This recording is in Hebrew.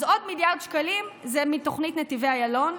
אז עוד מיליארד שקלים הם מתוכנית נתיבי איילון,